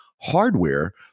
hardware